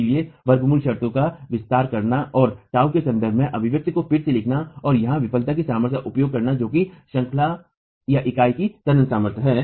इसलिए वर्ग मूल शर्तों का विस्तार करना और τ के संदर्भ में अभिव्यक्ति को फिर से लिखना और यहां विफलता की सामर्थ्य का उपयोग करना जो कि श्रंखलाइकाई की तनन सामर्थ्य है